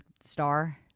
star